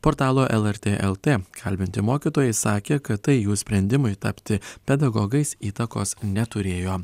portalo lrt lt kalbinti mokytojai sakė kad tai jų sprendimai tapti pedagogais įtakos neturėjo